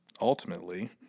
ultimately